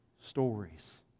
stories